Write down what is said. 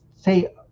say